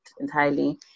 entirely